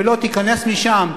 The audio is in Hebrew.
ולא תיכנס משם,